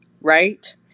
Right